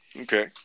Okay